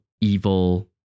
evil